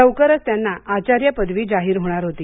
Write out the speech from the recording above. लवकरच त्यांना आचार्य पदवी जाहीर होणार होती